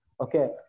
Okay